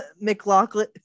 McLaughlin